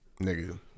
nigga